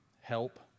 help